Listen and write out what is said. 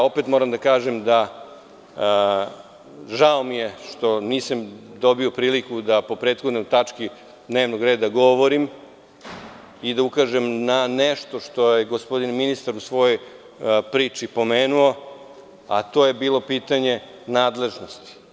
Opet moram da kažem, žao mi je što nisam dobio priliku da po prethodnoj tački dnevnog reda govorim i da ukažem na nešto što je gospodin ministar u svojoj priči pomenuo, a to je bilo pitanje nadležnosti.